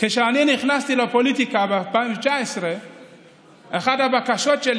כשאני נכנסתי לפוליטיקה ב-2019 אחד הדברים שביקשתי